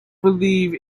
believe